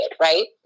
right